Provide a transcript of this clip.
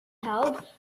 held